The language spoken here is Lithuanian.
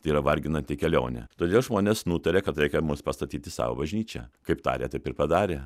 tai yra varginanti kelionė todėl žmonės nutarė kad reikia mums pastatyti sau bažnyčią kaip tarė taip ir padarė